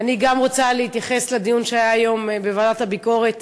גם אני רוצה להתייחס לדיון שהיה היום בוועדת הביקורת